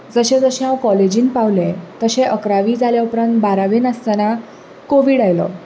जशें जशें हांव कॉलेजींत पावलें तशें अकरावी जाल्या उपरांत बारावींत आसतना कोविड आयलो